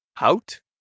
out